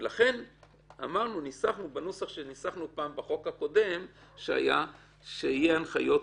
לכן ניסחנו בנוסח שניסחנו בחוק הקודם שהיה שיהיו הנחיות